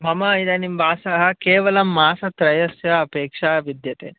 मम इदानीं वासः केवलं मासत्रयस्य अपेक्षा विद्यते